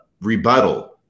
rebuttal